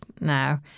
now